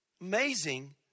Amazing